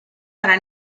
para